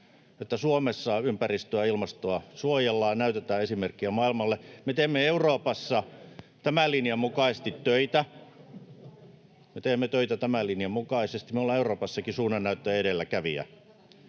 Suomessa ympäristöä ja ilmastoa suojellaan, näytetään esimerkkiä maailmalle. Me teemme Euroopassa tämän linjan mukaisesti töitä. Me teemme töitä tämän linjan mukaisesti. Me ollaan Euroopassakin suunnannäyttäjä ja edelläkävijä.